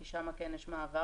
כי שם כן יש מעבר,